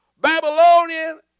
Babylonian